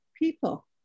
people